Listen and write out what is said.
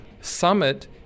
Summit